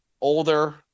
Older